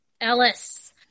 Ellis